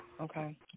Okay